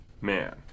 man